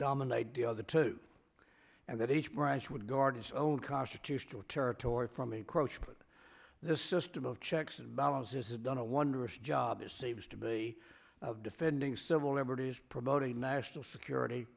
dominate the other two and that each rice would guard his own constitutional territory from encroach but this system of checks and balances has done a wondrous job as seems to be defending civil liberties promoting national security